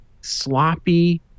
sloppy